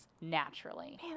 naturally